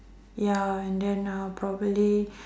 ya and then uh probably